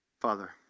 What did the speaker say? Father